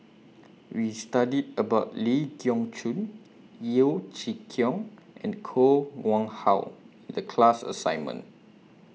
We studied about Ling Geok Choon Yeo Chee Kiong and Koh Nguang How The class assignment